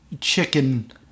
chicken